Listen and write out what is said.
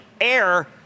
air